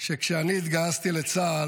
שכשאני התגייסתי לצה"ל,